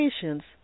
patients